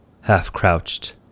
half-crouched